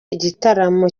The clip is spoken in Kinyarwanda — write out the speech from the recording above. igitaramo